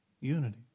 unity